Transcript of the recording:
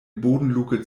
bodenluke